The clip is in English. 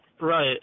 Right